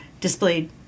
displayed